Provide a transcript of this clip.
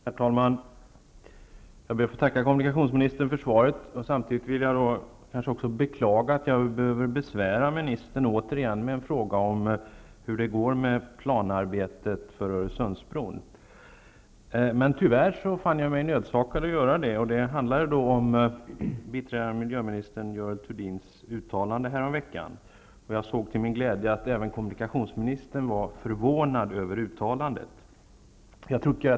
Herr talman! Jag ber att få tacka kommunikationsministern för svaret. Jag vill samtidigt beklaga att jag återigen behöver besvära ministern med att fråga hur det går med planarbetet för Öresundsbron, men tyvärr såg jag mig nödsakad att göra detta. Det handlar då om biträdande miljöminister Görel Thurdins uttalanden härom veckan. Jag såg till min glädje även att kommunikationsministern var förvånad över uttalandet.